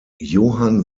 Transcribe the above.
johann